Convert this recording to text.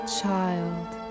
child